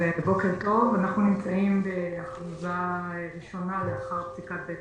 אנחנו נמצאים בהכרזה ראשונה לאחר פסיקת בית